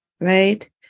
right